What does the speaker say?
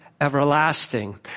everlasting